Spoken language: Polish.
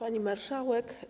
Pani Marszałek!